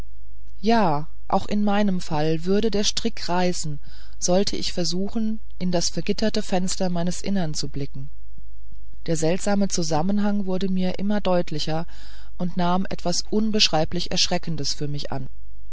ja auch in meinem falle würde der strick reißen wollte ich versuchen in das vergitterte fenster meines innern zu blicken der seltsame zusammenhang wurde mir immer deutlicher und nahm etwas unbeschreiblich erschreckendes für mich an